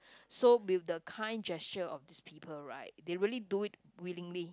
so with the kind gesture of these people right they really do it willingly